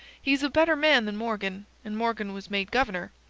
he's a better man than morgan, and morgan was made governor.